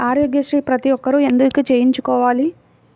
ఆరోగ్యశ్రీ ప్రతి ఒక్కరూ ఎందుకు చేయించుకోవాలి?